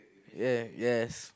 ya yes